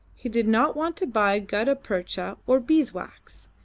he did not want to buy gutta-percha or beeswax,